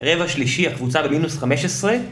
רבע שלישי הקבוצה במינוס 15